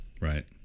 Right